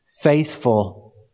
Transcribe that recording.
faithful